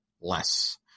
less